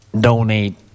donate